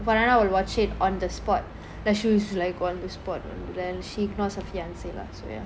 farhana will watch it on the spot the shoes like on the spot then she lost her fiance lah so ya